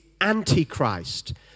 antichrist